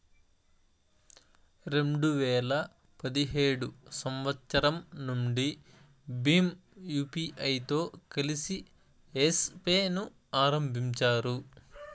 రెండు వేల పదిహేడు సంవచ్చరం నుండి భీమ్ యూపీఐతో కలిసి యెస్ పే ను ఆరంభించారు